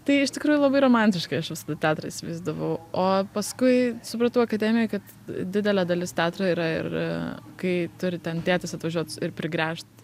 tai iš tikrųjų labai romantiškai ištiesų teatrą įsivaizdavau o paskui supratau akademijoj kad didelė dalis teatro yra ir kai turi ten tėtis atvažiuot ir prigręžt